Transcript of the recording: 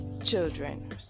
children